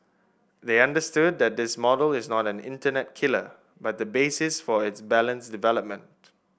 they understood that this model is not an internet killer but the basis for its balanced development